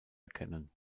erkennen